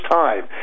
time